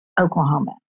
Oklahoma